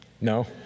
No